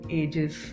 ages